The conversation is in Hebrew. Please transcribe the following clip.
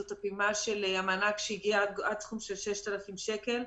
זאת הפעימה של המענק עד סכום של 6,000 שקל,